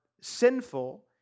sinful